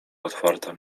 otwarta